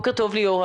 בוקר טוב.